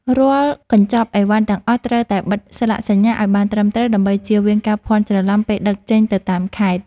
រាល់កញ្ចប់អីវ៉ាន់ទាំងអស់ត្រូវតែបិទស្លាកសញ្ញាឱ្យបានត្រឹមត្រូវ ដើម្បីជៀសវាងការភាន់ច្រឡំពេលដឹកចេញទៅតាមខេត្ត។